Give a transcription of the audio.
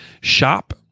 shop